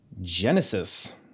Genesis